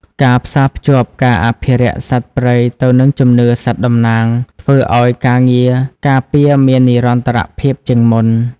ការផ្សារភ្ជាប់ការអភិរក្សសត្វព្រៃទៅនឹងជំនឿសត្វតំណាង ធ្វើឱ្យការងារការពារមាននិរន្តរភាពជាងមុន។